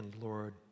Lord